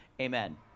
amen